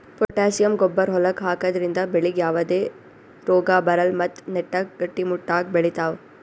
potassium ಗೊಬ್ಬರ್ ಹೊಲಕ್ಕ್ ಹಾಕದ್ರಿಂದ ಬೆಳಿಗ್ ಯಾವದೇ ರೋಗಾ ಬರಲ್ಲ್ ಮತ್ತ್ ನೆಟ್ಟಗ್ ಗಟ್ಟಿಮುಟ್ಟಾಗ್ ಬೆಳಿತಾವ್